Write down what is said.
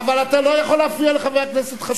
אתה לא יכול להפריע לחבר הכנסת חסון.